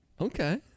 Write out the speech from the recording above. Okay